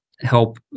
help